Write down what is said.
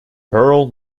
pearl